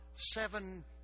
seven